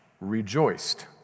rejoiced